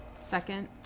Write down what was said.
second